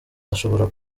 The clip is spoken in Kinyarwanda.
ashobora